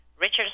Richard